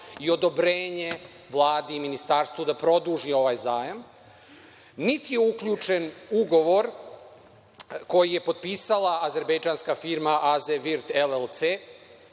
i odobrenje Vlade i ministarstvu da produži ovaj zajam, nit je uključen ugovor koji je potpisala azerbejdžanska firma „Azvirt“